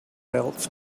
else